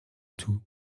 tout